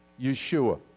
Yeshua